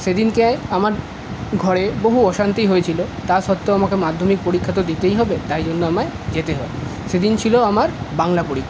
সেদিনকে আমার ঘরে বহু অশান্তি হয়েছিল তা সত্ত্বেও আমাকে মাধ্যমিক পরীক্ষা তো দিতেই হবে তাই জন্য আমায় যেতে হয় সেদিন ছিল আমার বাংলা পরীক্ষা